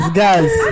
guys